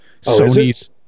Sony's